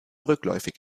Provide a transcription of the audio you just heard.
rückläufig